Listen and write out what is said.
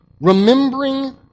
Remembering